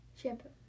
Shampoo